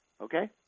Okay